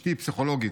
אשתי פסיכולוגית: